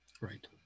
right